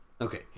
okay